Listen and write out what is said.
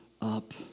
up